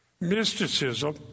mysticism